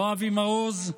לא אבי מעוז,